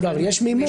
יש מימון.